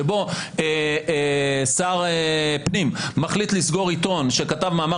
שבו שר פנים מחליט לסגור עיתון שכתב מאמר